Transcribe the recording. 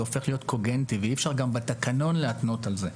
הופך להיות קוגנטי ואי אפשר גם בתקנון להתנות על זה.